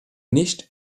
nicht